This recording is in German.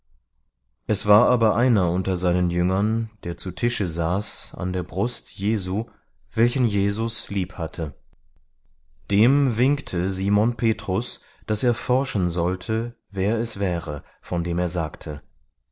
es war aber einer unter seinen jüngern der zu tische saß an der brust jesu welchen jesus liebhatte dem winkte simon petrus daß er forschen sollte wer es wäre von dem er sagte